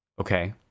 Okay